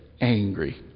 angry